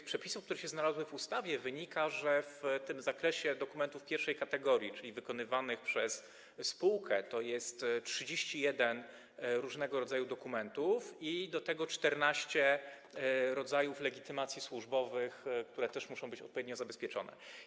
Z przepisów, które znalazły się w ustawie, wynika, że w zakresie dokumentów pierwszej kategorii, czyli wytwarzanych przez spółkę, mieści się 31 różnego rodzaju dokumentów oraz 14 rodzajów legitymacji służbowych, które też muszą być odpowiednio zabezpieczone.